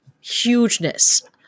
hugeness